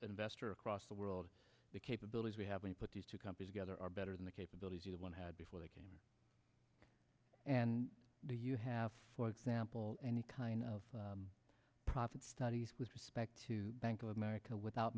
investor across the world the capabilities we haven't put these two companies together are better than the capabilities of one had before they came and do you have for example any kind of profit studies with respect to bank of america without